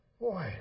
Boy